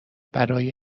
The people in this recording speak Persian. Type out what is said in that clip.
برای